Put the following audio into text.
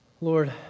Lord